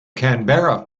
canberra